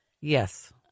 Yes